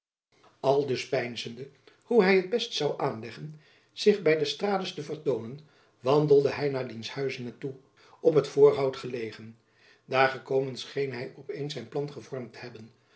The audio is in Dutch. aldus peinzende hoe hy t best zoû aanleggen zich by d'estrades te vertoonen wandelde hy naar diens huizinge toe op het voorhout gelegen daar gekomen scheen hy op eens zijn plan gevormd te hebben